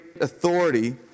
authority